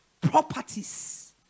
properties